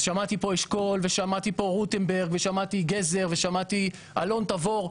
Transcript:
אז שמעתי פה אשכול ושמעתי רוטנברג ושמעתי גזר ושמעתי אלון תבור.